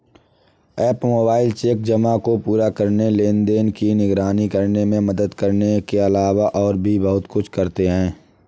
app mobile cheque जमा को पूरा करने, लेनदेन की निगरानी करने में मदद करने के अलावा और भी बहुत कुछ करते हैं